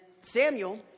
Samuel